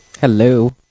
Hello